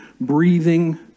breathing